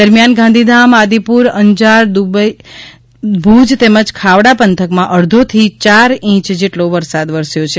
દરમિયાન ગાંધીધામ આદિપુર અંજાર દુભઈ ભૂજ તેમજ ખાવડા પંથકમાં અડધોથી યાર ઇંચ જેટલો વરસાદ વરસ્યો હતો